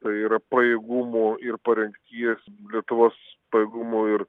tai yra pajėgumų ir parengties lietuvos pajėgumų ir